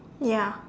ya